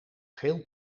geel